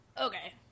okay